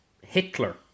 hitler